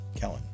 Kellen